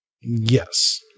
Yes